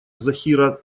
захира